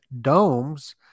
domes